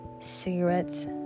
cigarettes